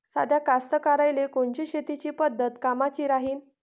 साध्या कास्तकाराइले कोनची शेतीची पद्धत कामाची राहीन?